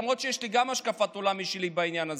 למרות שיש לי השקפת עולם משלי בעניין הזה.